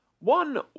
One